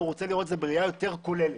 הוא רוצה לראות את זה בראייה יותר כוללת.